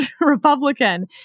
Republican